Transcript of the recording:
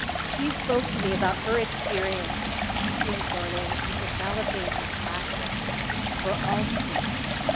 she spoke to me about her experience teaching, learning and developing compassion for all students,